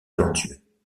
talentueux